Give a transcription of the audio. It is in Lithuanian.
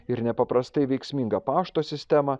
ir nepaprastai veiksmingą pašto sistemą